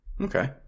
Okay